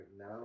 now